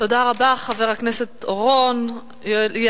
חבר הכנסת אורון, תודה רבה.